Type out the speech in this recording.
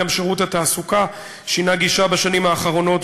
גם שירות התעסוקה שינה גישה בשנים האחרונות,